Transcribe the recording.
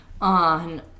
on